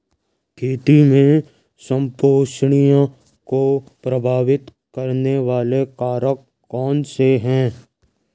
खेती में संपोषणीयता को प्रभावित करने वाले कारक कौन से हैं?